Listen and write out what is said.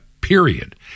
period